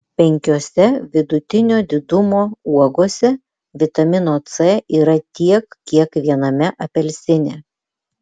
penkiose vidutinio didumo uogose vitamino c yra tiek kiek viename apelsine